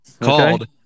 called